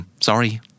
sorry